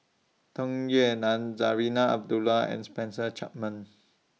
Tung Yue Nang Zarinah Abdullah and Spencer Chapman